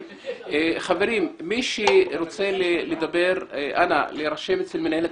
חברים, מי שרוצה לדבר, אנא להירשם אצל מנהלת